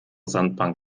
sandbank